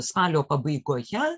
spalio pabaigoje